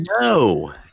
no